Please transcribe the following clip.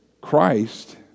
Christ